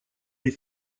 des